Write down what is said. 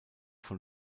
von